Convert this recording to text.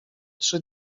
trzy